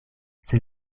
sed